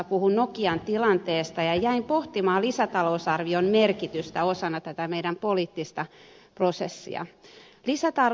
sasi puhui nokian tilanteesta ja jäin pohtimaan lisätalousarvion merkitystä osana tätä meidän poliittista prosessia